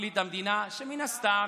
פרקליט המדינה, שמן הסתם